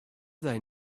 they